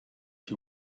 die